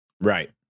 Right